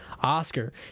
Oscar